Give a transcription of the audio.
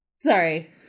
Sorry